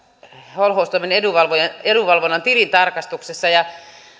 holhoustoimen edunvalvonnan edunvalvonnan tilintarkastuksessa ja